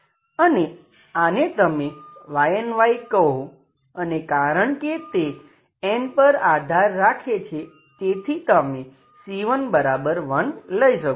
અને આને તમે Yny કહો અને કારણ કે તે n પર આધાર રાખે છે તેથી તમે c21 લઈ શકો છો